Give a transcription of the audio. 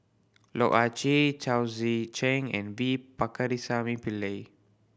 Loh Ah Chee Chao Tzee Cheng and V Pakirisamy Pillai